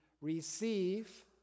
receive